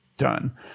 done